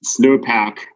snowpack